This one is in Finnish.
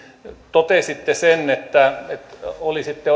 totesitte sen että olisitte